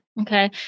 Okay